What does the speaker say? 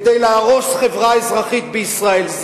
כדי להרוס חברה אזרחית בישראל.